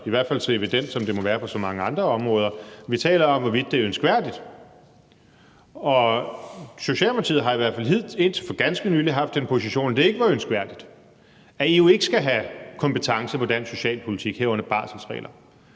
i hvert fald så evident, som det må være på så mange andre områder. Vi taler om, hvorvidt det er ønskværdigt. Og Socialdemokratiet har i hvert fald indtil for ganske nylig haft den position, at det ikke var ønskværdigt, og at EU ikke skal have kompetence på dansk socialpolitik, herunder barselsregler,